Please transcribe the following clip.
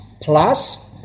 Plus